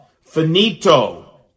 finito